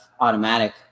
automatic